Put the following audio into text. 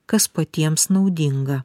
kas patiems naudinga